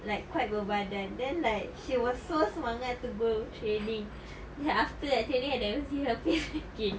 like quite berbadan then like she was so semangat to go training then after that training I never see her face again